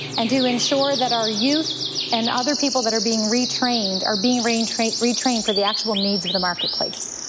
and to ensure that our youth and other people that are being retrained are being retrained retrained for the actual needs of the marketplace?